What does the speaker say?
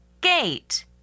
Gate